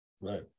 Right